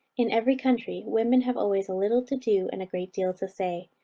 in every country, women have always a little to do, and a great deal to say.